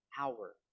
hour